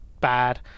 bad